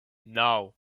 naŭ